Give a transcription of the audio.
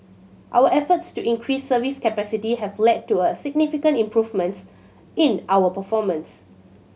our efforts to increase service capacity have led to a significant improvements in our performance